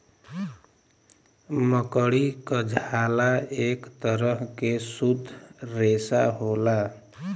मकड़ी क झाला एक तरह के शुद्ध रेसा होला